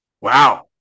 wow